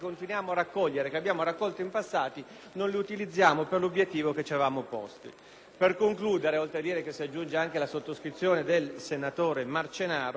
Per concludere, oltre ad evidenziare che si aggiunge anche la sottoscrizione del senatore Marcenaro, devo dire che mi stupisce veramente molto che il Governo abbia assunto questa posizione.